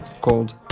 called